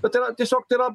bet tai yra tiesiog tai yra